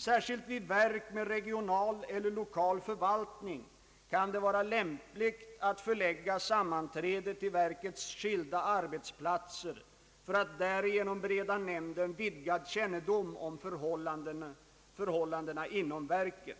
Särskilt vid verk med regional eller lokal förvaltning kan det vara lämpligt att förlägga sammanträde till verkets skilda arbetsplatser för att därigenom bereda nämnden vidgad kännedom om förhållandena inom verket.